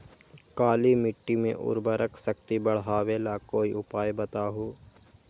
काली मिट्टी में उर्वरक शक्ति बढ़ावे ला कोई उपाय बताउ?